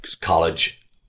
college